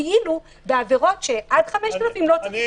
כאילו שבעבירות של עד 5,000 שקל לא צריך הצדקה.